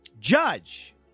Judge